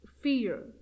fear